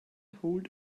hold